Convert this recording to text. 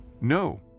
No